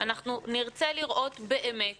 אנחנו נרצה לראות באמת